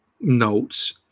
notes